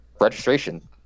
registration